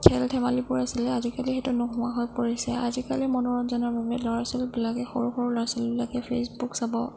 খেল ধেমালিবোৰ আছিলে আজিকালি সেইটো নোহোৱা হৈ পৰিছে আজিকালি মনোৰঞ্জনৰ বাবে ল'ৰা ছোৱালীবিলাকে সৰু সৰু ল'ৰা ছোৱালীবিলাকে ফেচবুক চাব